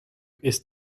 ist